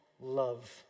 love